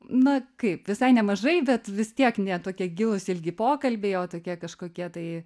na kaip visai nemažai bet vis tiek ne tokie gilūs ilgi pokalbiai o tokie kažkokie tai